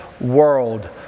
world